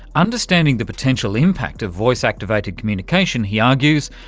understanding the potential impact of voice-activated communication, he argues,